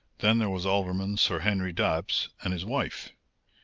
then there was alderman sir henry dabbs and his wife.